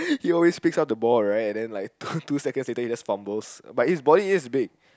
he always pick up the ball right and then like two two seconds later his body just fumbles but his body is big